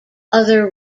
other